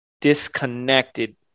disconnected